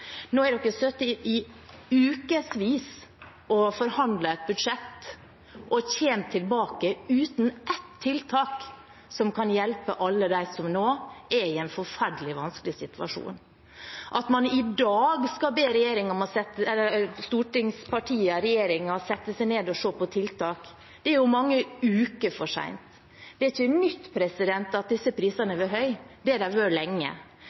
Nå har man sittet i ukevis og forhandlet et budsjett og kommer tilbake uten ett tiltak som kan hjelpe alle dem som nå er i en forferdelig vanskelig situasjon. At man i dag skal be stortingspartier og regjeringen om å sette seg ned og se på tiltak – det er jo mange uker for sent. Det er ikke nytt at disse prisene har vært høye, det har de vært lenge.